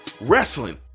wrestling